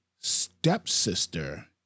stepsister